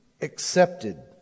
accepted